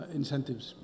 incentives